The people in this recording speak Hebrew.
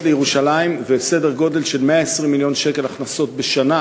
לירושלים וסדר גודל של 120 מיליון שקל הכנסות בשנה.